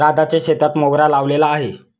राधाच्या शेतात मोगरा लावलेला आहे